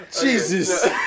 Jesus